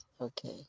okay